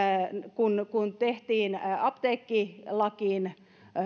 kun kun tehtiin apteekkilakiin